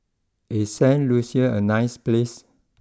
is Saint Lucia a nice place